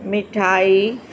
मिठाई